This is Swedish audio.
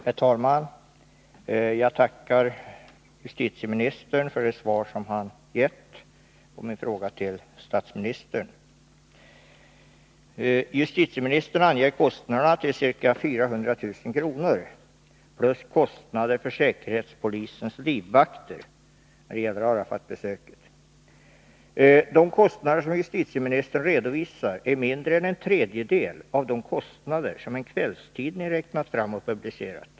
Herr talman! Jag tackar justitieministern för det svar som han gett på min fråga till statsministern. Justitieministern anger kostnaderna till ca 400 000 kr. plus kostnader för säkerhetspolisens livvakter i samband med Arafat-besöket. De kostnader som justitieministern redovisar är mindre än en tredjedel av de kostnader som en, kvällstidning räknat fram och publicerat.